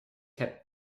heb